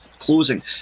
closing